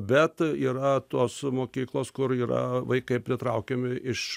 bet yra tos mokyklos kur yra vaikai pritraukiami iš